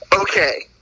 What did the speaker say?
okay